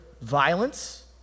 violence